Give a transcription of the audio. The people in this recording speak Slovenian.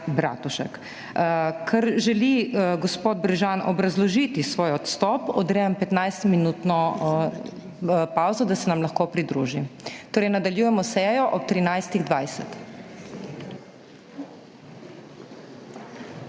Bratušek. Ker želi gospod Brežan obrazložiti svoj odstop, odrejam 15-minutno pavzo, da se nam lahko pridruži, torej sejo nadaljujemo ob 13.20.